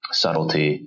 subtlety